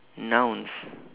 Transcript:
nouns